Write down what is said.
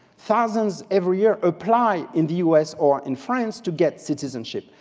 thousands every year apply in the us or in france to get citizenship.